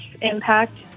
impact